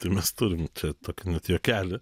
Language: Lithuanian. tai mes turim čia tokį net juokelį